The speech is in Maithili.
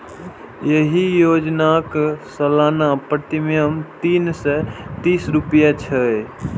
एहि योजनाक सालाना प्रीमियम तीन सय तीस रुपैया छै